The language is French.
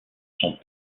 sont